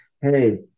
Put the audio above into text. hey